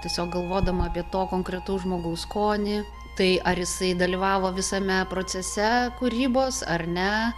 tiesiog galvodama apie to konkretaus žmogaus skonį tai ar jisai dalyvavo visame procese kūrybos ar ne